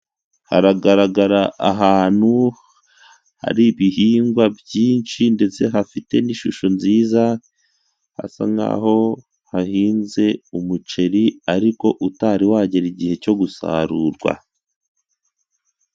Haragaragara ahantu hari ibihingwa byinshi ndetse hafite n'ishusho nziza, hasa nkaho hahinze umuceri ariko utari wagera igihe cyo gusarurwa.